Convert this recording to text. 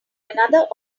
another